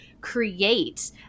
create